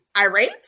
irate